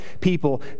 people